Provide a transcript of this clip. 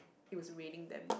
it was raining damn